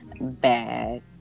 bad